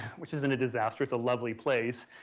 which isn't a disaster. it's a lovely place.